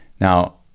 Now